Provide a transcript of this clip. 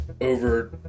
over